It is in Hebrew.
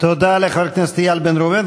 תודה לחבר הכנסת איל בן ראובן.